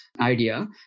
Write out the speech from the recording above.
idea